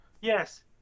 Yes